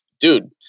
dude